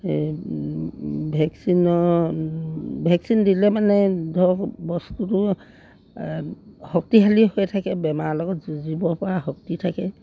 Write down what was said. এই ভেকচিনৰ ভেকচিন দিলে মানে ধৰক বস্তুটো শক্তিশালী হৈ থাকে বেমাৰ লগত যুঁজিবপৰা শক্তি থাকে